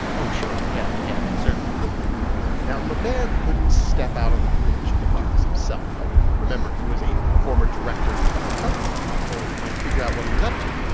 oh, sure. yeah. yeah. certainly now, le maire couldn't step out on the bridge and do this himself. i mean, remember, he was a former director of the company. people might figure out what he was up to.